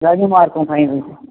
घणियूं मार्कूं खंयू आहिनि